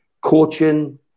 coaching